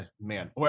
man